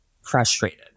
frustrated